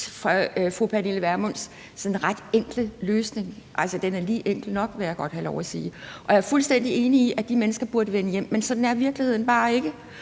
fru Pernille Vermunds sådan ret enkle løsning. Altså, den er lige enkel nok, vil jeg godt have lov at sige. Og jeg er fuldstændig enig i, at de her mennesker burde vende hjem, men sådan er virkeligheden bare ikke.